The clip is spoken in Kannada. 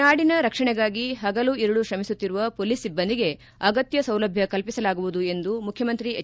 ನಾಡಿನ ರಕ್ಷಣೆಗಾಗಿ ಪಗಲು ಇರುಳು ತ್ರಮಿಸುತ್ತಿರುವ ಮೊಲೀಸ್ ಸಿಬ್ಬಂದಿಗೆ ಅಗತ್ತ ಸೌಲಭ್ದ ಕಲ್ಪಿಸಲಾಗುವುದು ಎಂದು ಮುಖ್ಯಮಂತ್ರಿ ಹೆಚ್